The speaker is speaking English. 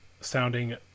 sounding